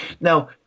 Now